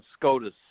SCOTUS